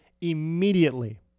immediately